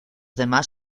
demás